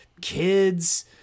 kids